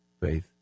faith